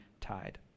tied